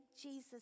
Jesus